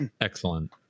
Excellent